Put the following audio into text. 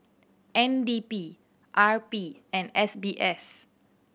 N D P R P and S B S